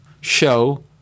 show